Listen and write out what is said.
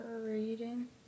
reading